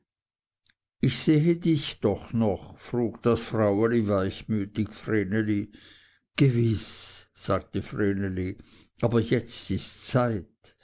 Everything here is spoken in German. ich sehe dich doch noch frug das fraueli weichmütig vreneli gewiß sagte vreneli aber jetzt ists zeit